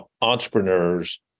entrepreneurs